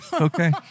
Okay